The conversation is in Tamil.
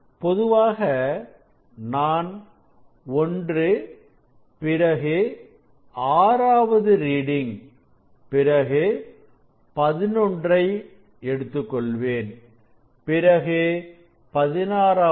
பொதுவாக நான் ஒன்று பிறகு ஆறாவது ரீடிங் பிறகு நான் பதினொன்றை எடுத்துக்கொள்வேன் பிறகு 16ஆவது